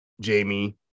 jamie